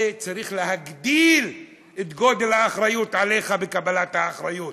זה צריך להגדיל את האחריות עליך, את קבלת האחריות.